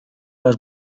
las